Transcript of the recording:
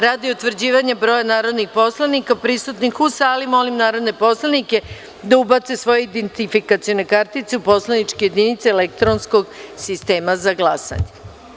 Radi utvrđivanja broja narodnih poslanika prisutnih u sali, molim narodne poslanike da ubace svoje identifikacione kartice u poslaničke jedinice elektronskog sistema za glasanje.